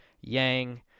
Yang